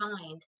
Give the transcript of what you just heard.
find